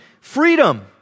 freedom